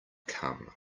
come